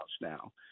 now